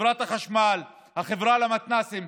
חברת החשמל, החברה למתנ"סים.